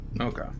Okay